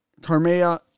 carmea